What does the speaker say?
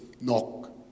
knock